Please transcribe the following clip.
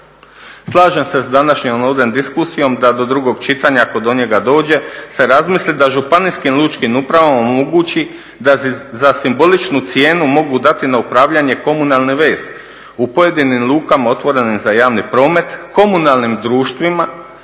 Slažem se s današnjom ovdje diskusijom da do drugog čitanja, ako do njega dođe, se razmisli da županijskim lučkim upravama omogući da za simboličnu cijenu mogu dati na upravljanje komunalne vezi u pojedinim lukama otvorenim za javni promet, komunalnim društvima,